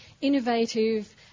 innovative